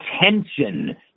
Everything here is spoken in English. attention